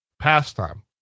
pastime